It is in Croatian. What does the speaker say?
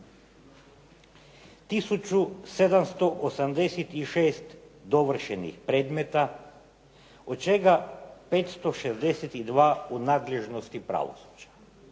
1786 dovršenih predmeta od čega 562 u nadležnosti pravosuđa.